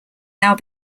now